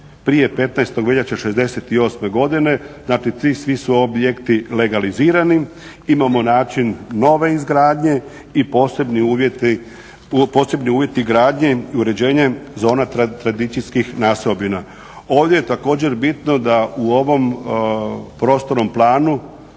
prije 15. veljače '68. godine. Znači, ti svi su objekti legalizirani. Imamo način nove izgradnje i posebni uvjeti gradnje i uređenje zona tradicijskih naseobina. Ovdje je također bitno da u ovom prostornom planu